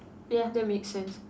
ya that makes sense